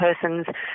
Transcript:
person's